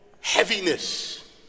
heaviness